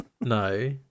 no